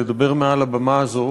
לדבר מעל הבמה הזו